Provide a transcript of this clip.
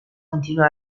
continuò